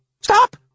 Stop